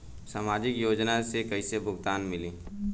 सामाजिक योजना से कइसे भुगतान मिली?